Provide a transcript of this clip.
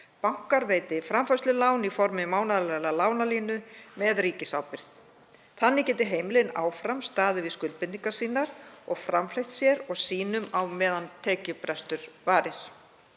Bankar veiti framfærslulán í formi mánaðarlegrar lánalínu með ríkisábyrgð. Þannig geta heimilin áfram staðið við skuldbindingar sínar og framfleytt sér og sínum á meðan tekjubrestur varir.